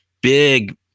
big